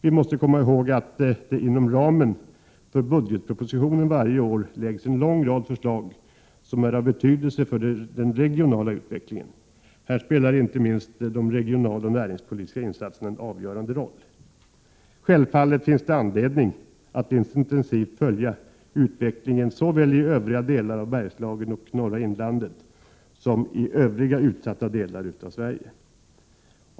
Vi måste komma ihåg att det inom ramen för budgetpropositionen varje år läggs fram en lång rad förslag som är av betydelse för den regionala utvecklingen. Här spelar inte minst de regionaloch näringspolitiska insatserna en avgörande roll. Självfallet finns det anledning att intensivt följa utvecklingen såväl i övriga delar av Bergslagen och norra inlandet som i övriga utsatta delar av Sverige.